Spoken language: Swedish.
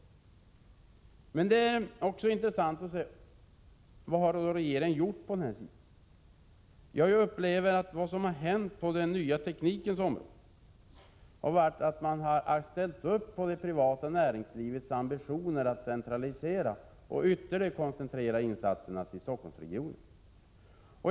Det är emellertid också intressant att se vad regeringen har gjort för Norrbotten. Det som har hänt på den nya teknikens område är att regeringen har ställt upp bakom det privata näringslivets ambitioner att centralisera sin verksamhet och ytterligare koncentrera insatserna till Stockholmsregionen.